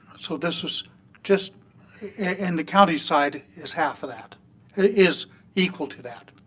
so this was just in the county's side is half of that is equal to that.